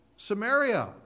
Samaria